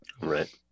Right